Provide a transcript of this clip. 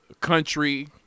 country